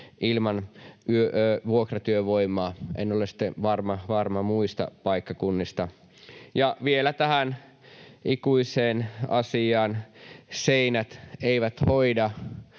ilman vuokratyövoimaa. En ole varma sitten muista paikkakunnista. Vielä tähän ikuiseen asiaan, että seinät eivät hoida